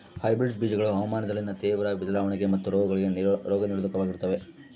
hybrid ಬೇಜಗಳು ಹವಾಮಾನದಲ್ಲಿನ ತೇವ್ರ ಬದಲಾವಣೆಗಳಿಗೆ ಮತ್ತು ರೋಗಗಳಿಗೆ ನಿರೋಧಕವಾಗಿರ್ತವ